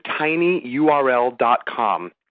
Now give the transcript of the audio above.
tinyurl.com